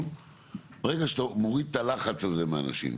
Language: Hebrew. ברגע שאתה מוריד את הלחץ הזה מאנשים,